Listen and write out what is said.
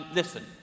listen